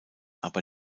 aber